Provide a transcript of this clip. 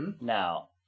Now